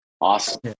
awesome